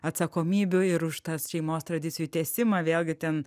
atsakomybių ir už tas šeimos tradicijų tęsimą vėlgi ten